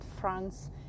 france